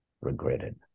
regretted